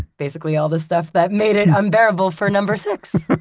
basically all the stuff that made it unbearable for number six!